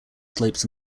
slopes